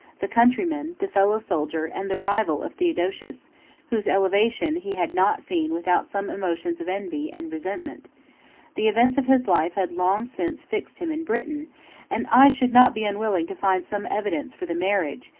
the countryman, the fellow-soldier, and the rival of theodosius whose elevation he had not seen without some emotions of envy and resentment the events of his life had long since fixed him in britain and i should not be unwilling to find some evidence for the marriage,